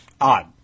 Odd